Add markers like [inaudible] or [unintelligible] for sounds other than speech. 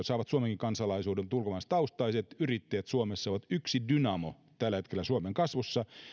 [unintelligible] saavat suomenkin kansalaisuuden siis ulkomaalaistaustaiset yrittäjät suomessa ovat yksi dynamo tällä hetkellä suomen kasvussa